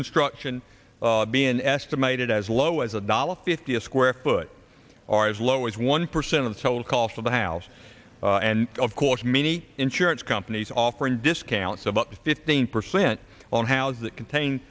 construction be an estimated as low as a dollar fifty a square foot or as low as one percent of the total cost of the house and of course many insurance companies offering discounts of up to fifteen percent on house that contain